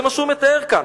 זה מה שהוא מתאר כאן: